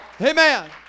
Amen